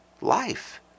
Life